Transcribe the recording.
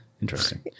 Interesting